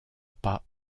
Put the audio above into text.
pas